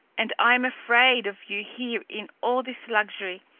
and i am afraid of you here in all this luxury.